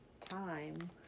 time